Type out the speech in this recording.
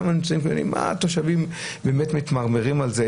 התושבים מתמרמרים על זה.